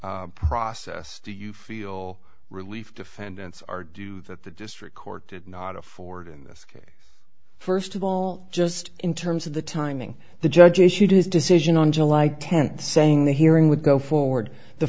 all process do you feel relief defendants are do that the district court did not afford in this case first of all just in terms of the timing the judge issued his decision on july tenth saying the hearing would go forward the